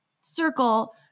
circle